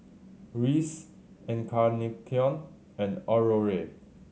Reese Encarnacion and Aurore